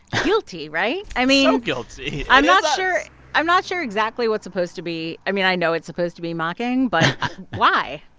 guilty, right? i mean. so guilty. i'm not sure i'm not sure exactly what's supposed to be i mean, i know it's supposed to be mocking, but why?